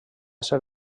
ser